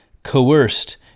coerced